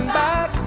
back